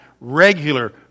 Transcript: regular